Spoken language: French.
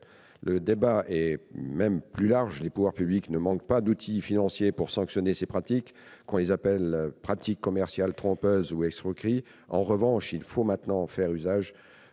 Le débat est en réalité plus large : les pouvoirs publics ne manquent pas d'outils financiers pour sanctionner ces pratiques, qu'on les appelle « pratiques commerciales trompeuses » ou « escroquerie ». En revanche, il faut maintenant faire un usage